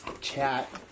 chat